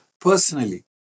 personally